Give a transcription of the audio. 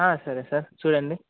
సరే సార్ చూడండి